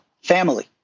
family